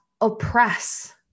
oppress